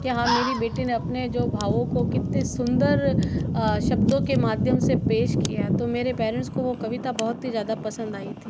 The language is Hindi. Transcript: कि हाँ मेरी बेटी ने अपने जो भावों को कितने सुंदर शब्दों के माध्यम से पेश किया तो मेरे पेरेंट्स को वो कविता बहुत ही ज़्यादा पसंद आई थी